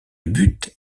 but